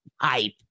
Hype